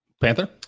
Panther